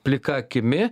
plika akimi